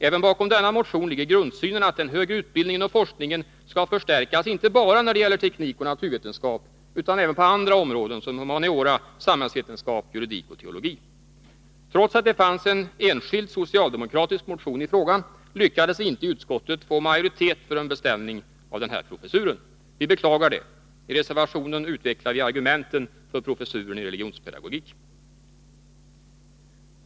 Även bakom denna motion ligger grundsynen att den högre utbildningen och forskningen skall förstärkas inte bara när det gäller teknik och naturvetenskap utan även på andra områden, som humaniora, samhällsvetenskap, juridik och teologi. Trots att det fanns en enskild socialdemokratisk motion i frågan lyckades vi inte i utskottet få majoritet för en beställning av denna professur. I reservation 10 utvecklas argumenten för en professur i religionspedagogik.